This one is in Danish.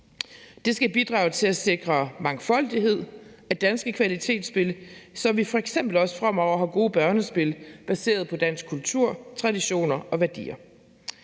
Det skal bidrage til at sikre mangfoldighed af danske kvalitetsspil, så vi f.eks. også fremover har gode børnespil baseret på dansk kultur, traditioner og værdier.